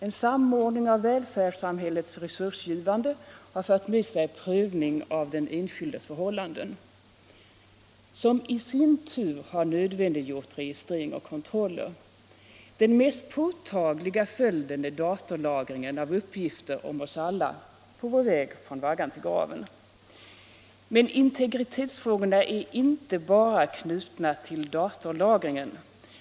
en samordning av välfärdssamhiällets resursgivande, har fört med sig prövning av den enskildes förhållanden, vilket i sin tur har nödvändiggjort registrering och kontroller. Den mest påtagliga följden är datorlagringen av uppgifter om oss alla på vår väg från vaggan till. graven. Men integritetsfrågorna är inte bara knutna till datalagringen.